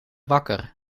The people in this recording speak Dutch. wakker